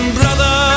brother